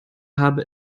habe